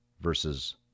versus